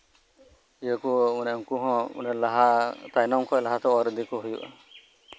ᱤᱭᱟᱹᱠᱚ ᱢᱟᱱᱮ ᱩᱱᱠᱩ ᱦᱚᱸ ᱞᱟᱦᱟ ᱛᱟᱭᱱᱚᱢ ᱠᱷᱚᱡ ᱞᱟᱦᱟ ᱛᱮ ᱚᱨ ᱤᱫᱤ ᱠᱚ ᱦᱩᱭᱩᱜᱼᱟ